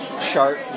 chart